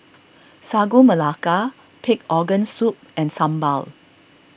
Sagu Melaka Pig Organ Soup and Sambal